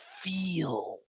feel